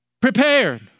prepared